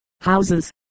houses